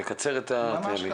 לקצר את ההליך.